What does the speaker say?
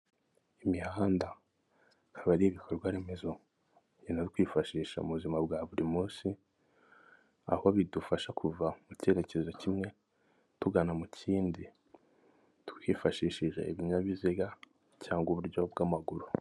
Imihanda, haba ari ibikorwaremezo kwifashisha mu buzima bwa buri munsi, aho bidufasha kuva mu cyerekezo kimwe, tugana mu kindi, twifashishije ibinyabiziga cyangwa uburyo bw'amaguru.